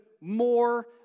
more